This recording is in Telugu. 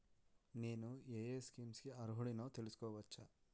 నేను యే యే స్కీమ్స్ కి అర్హుడినో తెలుసుకోవచ్చా?